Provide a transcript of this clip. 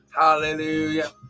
Hallelujah